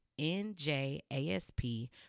njasp